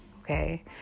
okay